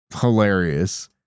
hilarious